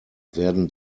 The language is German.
werden